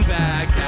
back